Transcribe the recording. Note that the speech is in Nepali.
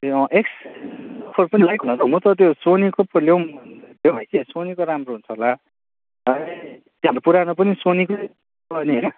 ए अँ म त त्यो सोनीको पो लिउँ भन्दैथिएँ हौ भाइ कि सोनीको राम्रो छ होला हाम्रो पुरानो पनि सोनीकै होइन